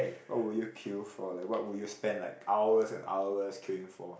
what would you queue for like what would you spend like hours and hours queuing for